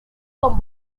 con